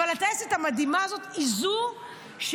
אבל הטייסת המדהימה הזאת היא שהורידה